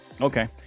Okay